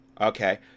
okay